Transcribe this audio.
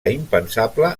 impensable